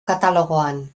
katalogoan